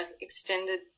extended